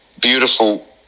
beautiful